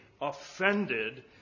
offended